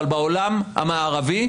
אבל בעולם המערבי,